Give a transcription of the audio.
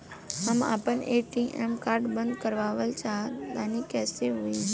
हम आपन A T M card बंद करावल चाह तनि कइसे होई?